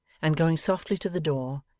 and going softly to the door,